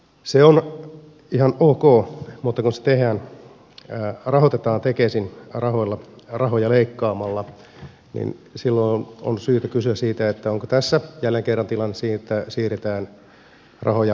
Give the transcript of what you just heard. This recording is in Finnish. se on ihan ok mutta kun se rahoitetaan tekesin rahoja leikkaamalla silloin on syytä kysyä onko tässä jälleen kerran se tilanne että siirretään rahoja momentilta toiselle